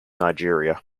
nigeria